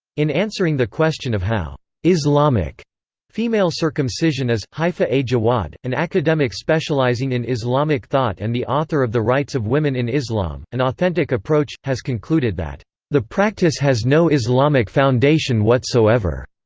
in answering the question of how islamic female circumcision is, haifaa a. jawad an academic specialising in islamic thought and the author of the rights of women in islam an authentic approach has concluded that the practice has no islamic foundation whatsoever.